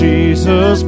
Jesus